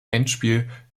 endspiel